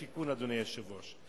השיכון, אדוני היושב-ראש.